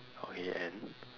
okay and